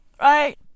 Right